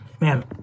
man